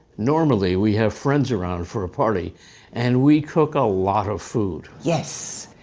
normally we have friends around for a party and we cook a lot of food. yes.